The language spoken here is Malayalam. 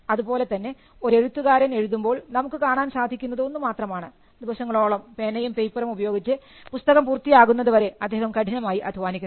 അതുപോലെതന്നെ ഒരെഴുത്തുകാരൻ എഴുതുമ്പോൾ നമുക്ക് കാണാൻ സാധിക്കുന്നത് ഒന്ന് മാത്രമാണ് ദിവസങ്ങളോളം പേനയും പേപ്പറും ഉപയോഗിച്ച് പുസ്തകം പൂർത്തിയാകുന്നതുവരെ അദ്ദേഹം കഠിനമായി അധ്വാനിക്കുന്നത്